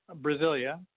Brasilia